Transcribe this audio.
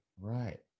right